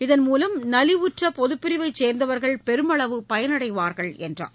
இதன் மூலம் நலிவுற்ற பொதுப் பிரிவைச் சேர்ந்தவர்கள் பெருமளவு பயனடைவார்கள் என்றார்